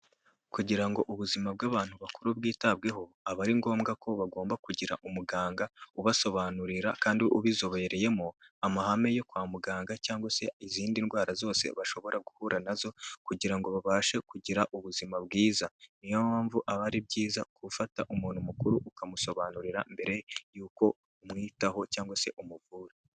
Kugira ngo ubuzima bw'abantu bakuru bwitabweho, aba ari ngombwa ko bagomba kugira umuganga ubasobanurira kandi ubizobereyemo, amahame yo kwa muganga cyangwa se izindi ndwara zose bashobora guhura nazo, kugira ngo babashe kugira ubuzima bwiza, niyo mpamvu aba ari byiza gufata umuntu mukuru ukamusobanurira mbere y'uko umwitaho cyangwa se umuvura.